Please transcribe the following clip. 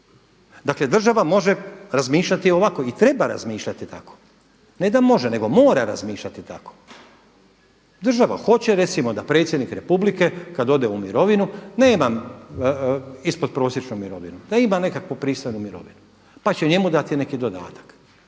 Dakle, država može razmišljati ovako i treba razmišljati tako. Ne da može nego mora razmišljati tako. Država hoće recimo da Predsjednik Republike kad ode u mirovinu nema ispod prosječnu mirovinu, da ima nekakvu pristojnu mirovinu, pa će njemu dati neki dodatak.